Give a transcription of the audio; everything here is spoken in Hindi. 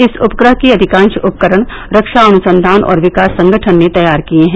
इस उपग्रह के अधिकांश उपकरण रक्षा अनुसंधान और विकास संगठन ने तैयार किए हैं